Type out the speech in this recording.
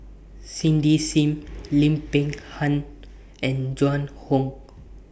Cindy SIM Lim Peng Han and Joan Hon